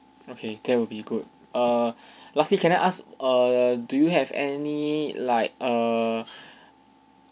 okay that will be good err lastly can I ask err do you have any like err